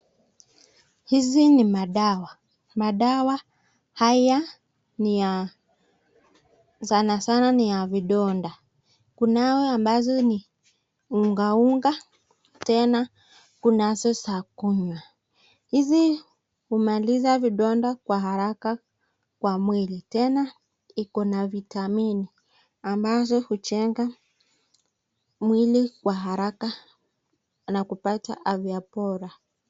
Hizi ni madawa. Madawa haya ni ya sanasana ni ya vidonda .Kunayo ambazo ni unga unga tena kunazo za kunywa. Hizi humaliza vidonda kwa haraka kwa mwili tena ikona vitamini ambazo hujenga mwili kwa haraka na kupata afya bora.